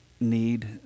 need